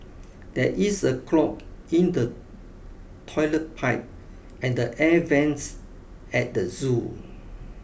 there is a clog in the toilet pipe and the air vents at the zoo